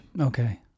okay